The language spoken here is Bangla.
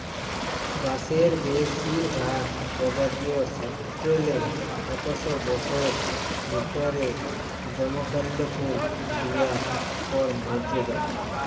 বাঁসের বেসিরভাগ পজাতিয়েই সাট্যের লে একস বসরের ভিতরে জমকাল্যা ফুল দিয়ার পর মর্যে যায়